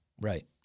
Right